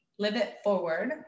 LiveitForward